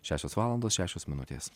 šešios valandos šešios minutės